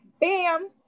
bam